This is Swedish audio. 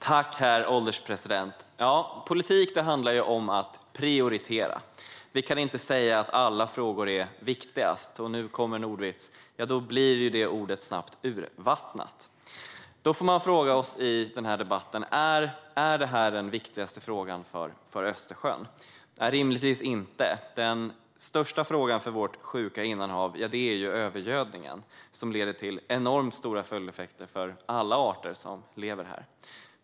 Herr ålderspresident! Politik handlar om att prioritera. Vi kan inte säga att alla frågor är viktigast. Då blir det ordet snabbt urvattnat. I den här debatten får man fråga sig: Är det här den viktigaste frågan för Östersjön? Rimligtvis inte, den största frågan för vårt sjuka innanhav är ju övergödningen som leder till enormt stora följdeffekter för alla arter som lever där.